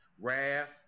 wrath